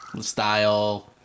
style